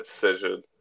decision